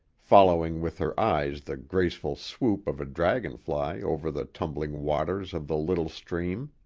following with her eyes the graceful swoop of a dragonfly over the tumbling waters of the little stream.